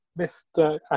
mr